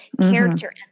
character